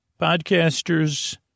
Podcasters